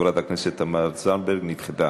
הכנסת תמר זנדברג, נדחתה.